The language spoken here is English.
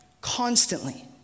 constantly